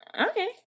okay